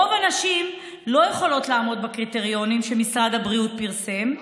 רוב הנשים לא יכולות לעמוד בקריטריונים שמשרד הבריאות פרסם.